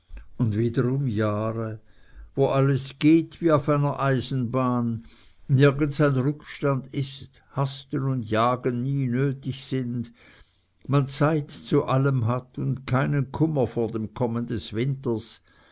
und wiederum jahre wo alles geht wie auf einer eisenbahn nirgends ein rückstand ist hasten und jagen nie nötig sind man zeit zu allem hat und keinen kummer vor dem kommen des winters